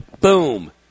boom